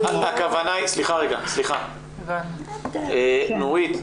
סליחה, נורית.